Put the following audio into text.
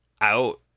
out